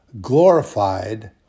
glorified